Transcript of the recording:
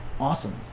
awesome